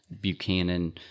Buchanan